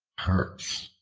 hurts.